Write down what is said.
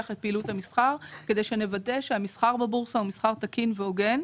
את פעילות המסחר כדי נוודא שהמסחר בבורסה הוא מסחר תקין והוגן.